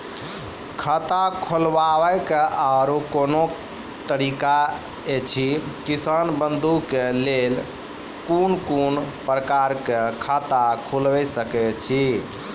खाता खोलवाक आर कूनू तरीका ऐछि, किसान बंधु के लेल कून कून प्रकारक खाता खूलि सकैत ऐछि?